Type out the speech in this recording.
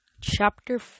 chapter